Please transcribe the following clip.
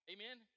Amen